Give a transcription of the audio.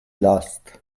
lost